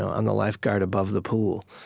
ah and the lifeguard above the pool,